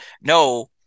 no